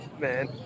man